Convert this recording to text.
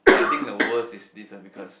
I think the worst is this one because